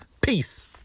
Peace